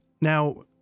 now